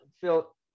Phil